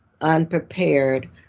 unprepared